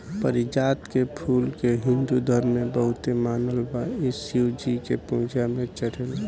पारिजात के फूल के हिंदू धर्म में बहुते मानल बा इ शिव जी के पूजा में चढ़ेला